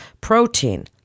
protein